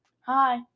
Hi